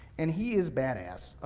and he is bad ass.